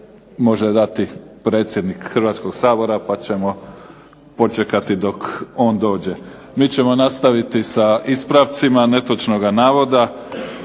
može dati predsjednik Hrvatskoga sabora pa ćemo počekati dok on dođe. Mi ćemo nastaviti sa ispravcima netočnoga navoda.